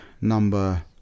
number